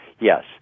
yes